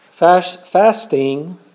Fasting